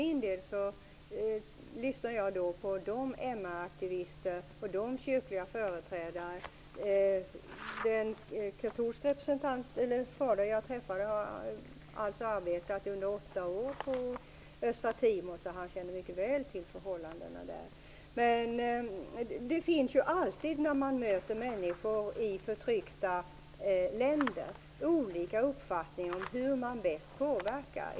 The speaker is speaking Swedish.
Jag lyssnar på MR-aktivisterna och de kyrkliga företrädarna. Den katolske fader jag träffade har arbetat i åtta år på Östtimor och känner mycket väl till förhållandena där. När man möter människor i förtryckta länder finner man alltid olika uppfattningar om hur man bäst påverkar.